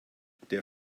der